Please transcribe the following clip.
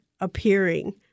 appearing